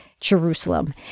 Jerusalem